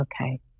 okay